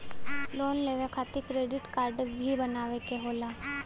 Loan लेवे खातिर credit काडे भी बनवावे के होला?